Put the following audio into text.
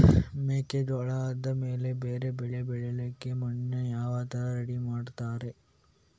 ಮೆಕ್ಕೆಜೋಳ ಆದಮೇಲೆ ಬೇರೆ ಬೆಳೆ ಬೆಳಿಲಿಕ್ಕೆ ಮಣ್ಣನ್ನು ಯಾವ ತರ ರೆಡಿ ಮಾಡ್ತಾರೆ?